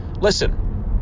listen